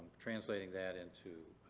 translating that into,